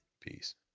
Peace